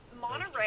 Monterey